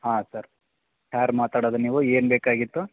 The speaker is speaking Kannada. ಹಾಂ ಸರ್ ಯಾರು ಮಾತಾಡೋದು ನೀವು ಏನು ಬೇಕಾಗಿತ್ತು